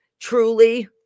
truly